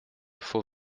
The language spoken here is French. faux